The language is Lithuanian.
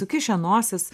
sukišę nosis